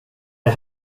det